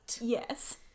Yes